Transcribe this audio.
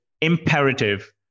imperative